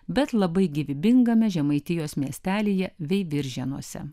bet labai gyvybingame žemaitijos miestelyje veiviržėnuose